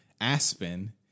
Aspen